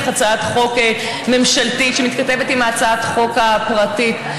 הצעת חוק ממשלתית שמתכתבת עם הצעת החוק הפרטית.